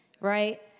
right